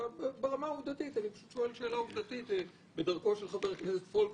אני פשוט שואל שאלה עובדתית בדרכו של חבר הכנסת פולקמן.